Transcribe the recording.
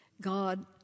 God